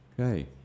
Okay